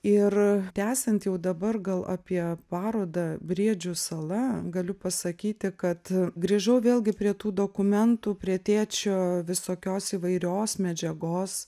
ir tęsiant jau dabar gal apie parodą briedžių sala galiu pasakyti kad grįžau vėlgi prie tų dokumentų prie tėčio visokios įvairios medžiagos